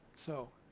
so